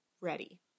ready